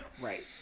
Right